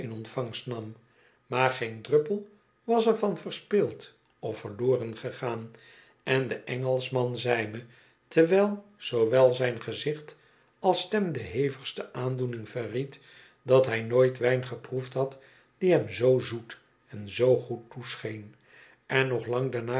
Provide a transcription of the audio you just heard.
ontvangst nam maar geen druppel was er van verspild of verloren gegaan en de engelschman zei me terwijl zoowel zijn gezicht als stem de hevigste aandoening verried dat bij nooit wijn geproefd had die hem zoo zoet en zoo goed toescheen en nog lang daarna